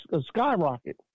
skyrocket